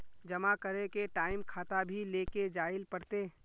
जमा करे के टाइम खाता भी लेके जाइल पड़ते?